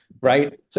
right